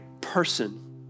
person